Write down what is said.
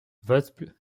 vosbles